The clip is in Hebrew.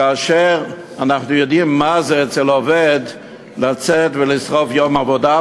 כאשר אנחנו יודעים מה זה לעובד לצאת ולשרוף יום עבודה,